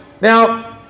now